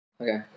Okay